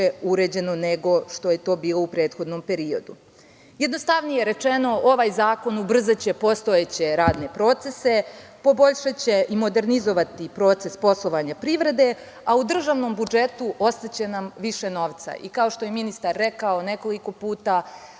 uređeno nego što je to bilo u prethodnom periodu. Jednostavnije rečeno, ovaj zakon ubrzaće postojeće radne procese, poboljšaće i modernizovati proces poslovanja privrede, a u državnom budžetu ostaće nam više novca. Kao što je ministar rekao nekoliko puta,